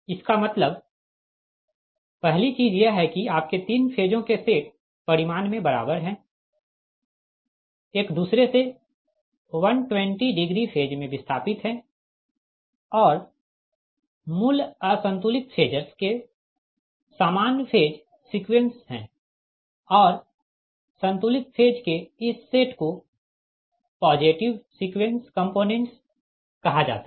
इसका मतलब है पहली चीज यह है कि आपके तीन फेजों के सेट परिमाण में बराबर है एक दूसरे से 120 डिग्री फेज में विस्थापित है और मूल असंतुलित फेजरस के सामान फेज सीक्वेंस है और संतुलित फेज के इस सेट को पॉजिटिव सीक्वेंस कंपोनेंट्स कहा जाता है